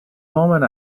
moment